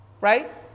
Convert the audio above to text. Right